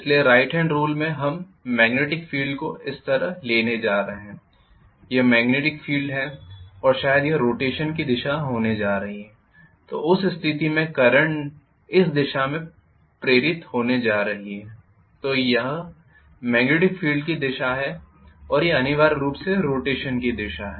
इसलिए right hand rule में हम मॅग्नेटिक फील्ड को इस तरह लेने जा रहे हैं यह मॅग्नेटिक फील्ड है और शायद यह रोटेशन की दिशा होने जा रही है तो उस स्थिति में करंट इस दिशा में प्रेरित होने जा रही है तो यह मॅग्नेटिक फील्ड की दिशा है और यह अनिवार्य रूप से रोटेशन की दिशा है